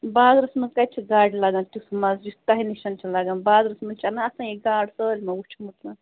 بازرس منٛز کتہِ چھُ گاڈِ لگان تیتھ مزٕ یتھ تۄہہِ نِشن چھُ لگان بازرس منٚز چھِ نہ آسان یہ گاڈ سٲلِمو وٕچھمٕژن